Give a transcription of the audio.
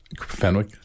fenwick